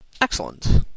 Excellent